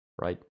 right